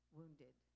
wounded